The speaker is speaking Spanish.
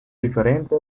diferente